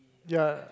ya